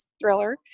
Thriller